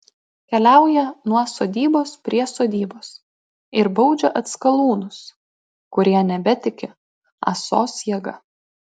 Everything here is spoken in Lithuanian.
keliauja nuo sodybos prie sodybos ir baudžia atskalūnus kurie nebetiki ąsos jėga